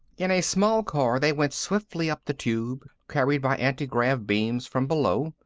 in a small car, they went swiftly up the tube, carried by anti-grav beams from below.